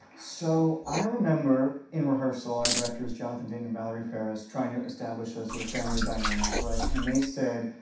so i remember in rehearsal, our directors, jonathan dayton and valerie faris, trying to establish a sort of family dynamic, right. and they said,